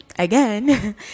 again